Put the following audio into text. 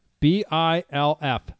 B-I-L-F